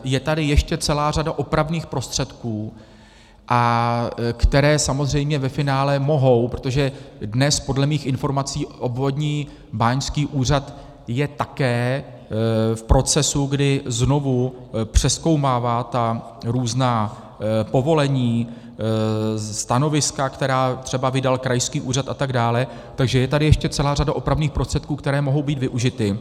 Je tady ještě celá řada opravných prostředků, které samozřejmě ve finále mohou protože dnes je podle mých informací obvodní báňský úřad také v procesu, kdy znovu přezkoumává ta různá povolení, stanoviska, která třeba vydal krajský úřad a tak dále, takže je tady ještě celá řada opravných prostředků, které mohou být využity.